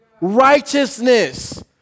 Righteousness